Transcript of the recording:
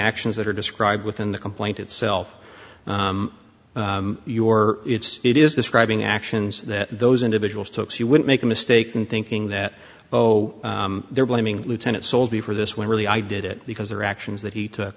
actions that are described within the complaint itself your it's it is describing actions that those individuals took so you wouldn't make a mistake in thinking that oh they're blaming lieutenant soulsby for this when really i did it because their actions that he to